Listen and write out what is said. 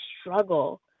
struggle